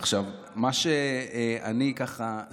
מה שאני שמתי לב,